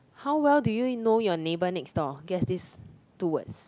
how well do you know your neighbor next door guess these two words